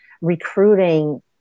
recruiting